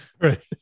right